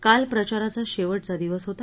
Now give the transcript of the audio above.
काल प्रचाराचा शेवटचा दिवस होता